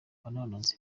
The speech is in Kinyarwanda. abanonotsi